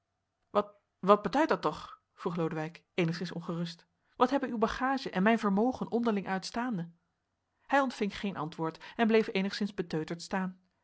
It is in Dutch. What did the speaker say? wat wat beduidt dat toch vroeg lodewijk enigszins ongerust wat hebben uw bagage en mijn vermogen onderling uitstaande hij ontving geen antwoord en bleef enigszins beteuterd staan